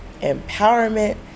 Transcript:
empowerment